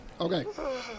okay